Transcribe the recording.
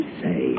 say